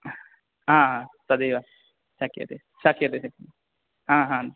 हा तदेव शक्यते शक्यते शक्यते हा हा